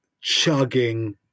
chugging